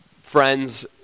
friends